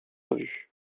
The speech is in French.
revu